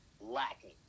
lacking